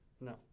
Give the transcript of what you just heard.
No